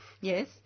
Yes